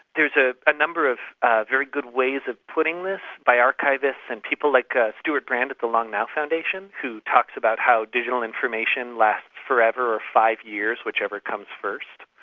there's ah a number of very good ways of putting this by archivists and people like ah stewart brand at the long now foundation who talks about how digital information lasts for ever or five years, whichever comes first,